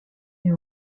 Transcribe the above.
est